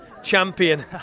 champion